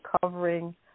covering